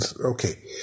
okay